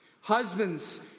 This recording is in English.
Husbands